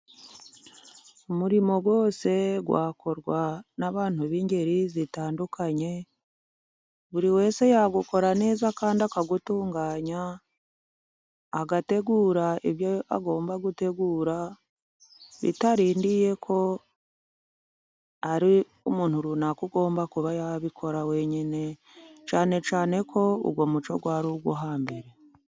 Umurimo wose wakorwa n'abantu b'ingeri zitandukanye， buri wese yawukora neza kandi akawutunganya， agategura ibyo agomba gutegura， bitarindiye ko ari umuntu runaka ugomba kuba yabikora wenyine， cyane cyane ko， uwo muco wari uwo hambere.